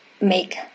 make